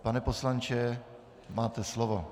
Pane poslanče, máte slovo.